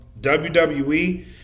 WWE